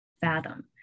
fathom